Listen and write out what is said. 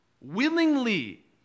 willingly